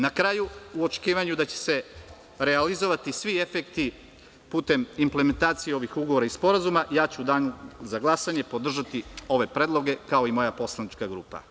Na kraju, u očekivanju da će se realizovati svi efekti putem implementacije ovih ugovora i sporazuma, ja ću u danu za glasanje podržati ove predloge kao i moja poslanička grupa.